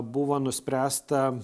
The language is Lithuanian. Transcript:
buvo nuspręsta